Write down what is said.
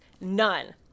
None